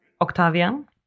Octavian